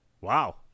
wow